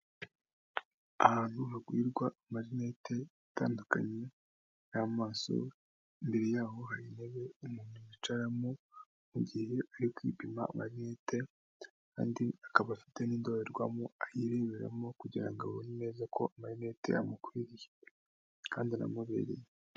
Ahantu hagurirwa amarinete atandukanye y'amaso imbere yaho hari intebe umuntu yicaramo mugihe ari kwipima amarinete, kandi akaba afite n'indorerwamo, ayireberamo kugira ngo abone neza ko amarinete amukwiriye kandi anamubereye.